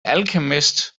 alchemist